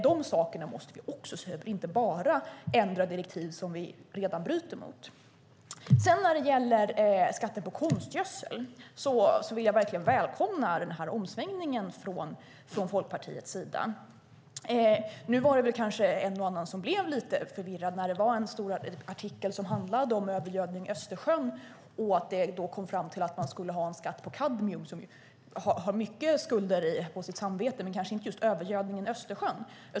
Dessa saker måste vi också se över och inte bara ändra direktiv som vi redan bryter mot. När det gäller skatten på konstgödsel vill jag verkligen välkomna denna omsvängning från Folkpartiets sida. Nu var det kanske en och annan som blev lite förvirrad när det var en stor artikel som handlade om övergödning i Östersjön och att man då kom fram till att man skulle ha en skatt på kadmium. Kadmium har stor skuld i mycket men kanske inte just när det gäller övergödningen i Östersjön.